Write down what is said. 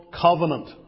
covenant